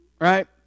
Right